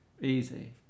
Easy